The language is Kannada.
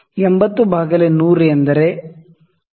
80 ಬೈ 100 ಎಂದರೆ 0